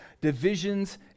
divisions